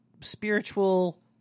spiritual